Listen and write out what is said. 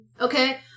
okay